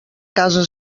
casa